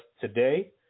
today